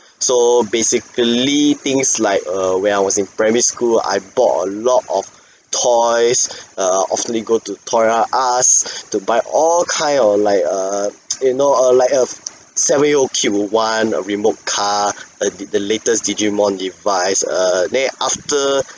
so basically things like err when I was in primary school I bought a lot of toys err oftenly go to Toys "R" Us to buy all kind of like err you know err like a seven year old kid would want a remote car a di~ the latest digimon device err then after